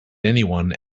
anyone